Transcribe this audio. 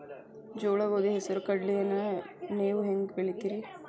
ಜೋಳ, ಗೋಧಿ, ಹೆಸರು, ಕಡ್ಲಿಯನ್ನ ನೇವು ಹೆಂಗ್ ಬೆಳಿತಿರಿ?